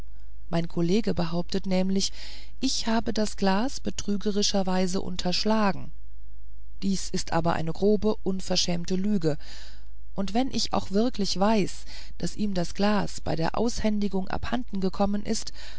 mein kollege behauptet nämlich ich habe das glas betrügerischerweise unterschlagen dies ist aber eine grobe unverschämte lüge und wenn ich auch wirklich weiß daß ihm das glas bei der aushändigung abhandengekommen ist